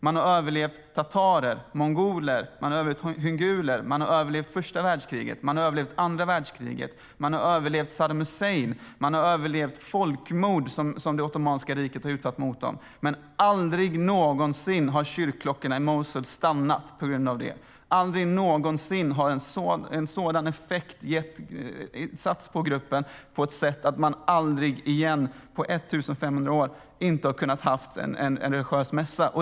Man har överlevt tatarer, mongoler, Hülegü, första världskriget, andra världskriget, Saddam Hussein, det folkmord ottomanska riket utsatte dem för, men aldrig någonsin har kyrkklockorna i Mosul tystnat, aldrig någonsin har gruppen utsatts för ett sådant tryck att de aldrig igen på 1 500 år inte har kunnat genomföra en religiös mässa.